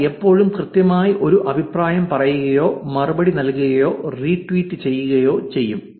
അവർ എപ്പോഴും കൃത്യമായി ഒരു അഭിപ്രായം പറയുകയോ മറുപടി നൽകുകയോ റീട്വീറ്റ് ചെയ്യുകയോ ചെയ്യും